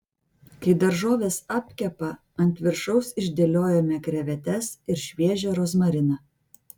kai daržovės apkepa ant viršaus išdėliojame krevetes ir šviežią rozmariną